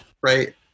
right